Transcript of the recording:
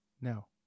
No